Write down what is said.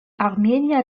armenier